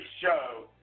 show